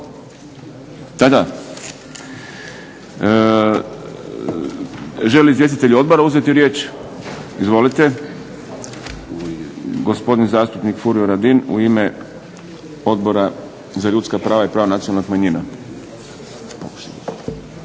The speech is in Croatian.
Da, da. Želi li izvjestitelj odbora uzeti riječ? Izvolite. Gospodin zastupnik Furio Radin u ime Odbora za ljudska prava i prava nacionalnih manjina.